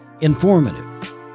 Informative